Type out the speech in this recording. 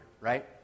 right